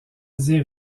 dire